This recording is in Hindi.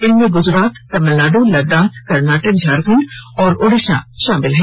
इनमें गुजराततमिलनाडु लद्दाख कर्नाटक झारखंड और ओडिशा शामिल हैं